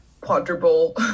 quadruple